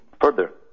further